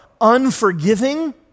unforgiving